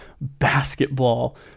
basketball